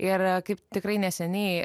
ir kaip tikrai neseniai